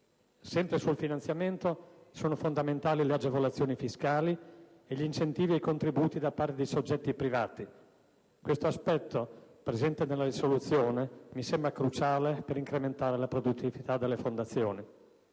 del finanziamento, sono fondamentali le agevolazioni fiscali e gli incentivi ai contributi da parte dei soggetti privati. Questo aspetto, presente nella risoluzione, mi sembra cruciale per incrementare la produttività delle fondazioni.